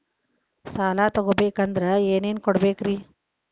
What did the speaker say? ಸಾಲ ತೊಗೋಬೇಕಂದ್ರ ಏನೇನ್ ಕೊಡಬೇಕ್ರಿ?